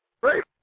great